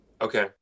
okay